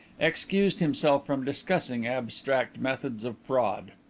excused himself from discussing abstract methods of fraud.